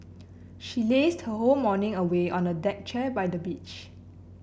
she lazed her whole morning away on a deck chair by the beach